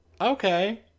okay